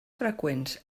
freqüents